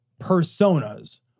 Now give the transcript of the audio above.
personas